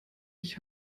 ich